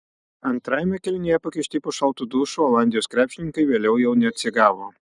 antrajame kėlinyje pakišti po šaltu dušu olandijos krepšininkai vėliau jau neatsigavo